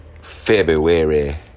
February